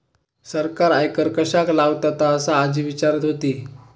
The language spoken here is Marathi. सरकार आयकर कश्याक लावतता? असा आजी विचारत होती